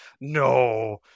no